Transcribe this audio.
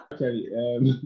Okay